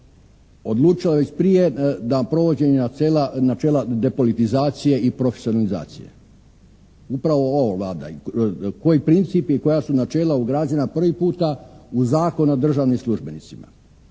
odlučila već prije da provodi načela depolitizacije i profesionalizacije, upravo ova Vlada, koji princip i koja su načela ugrađena prvi puta u Zakon o državnim službenicima.